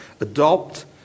adopt